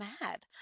mad